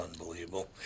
unbelievable